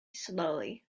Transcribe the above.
slowly